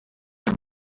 are